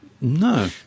No